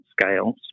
scales